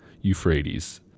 Euphrates